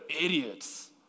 idiots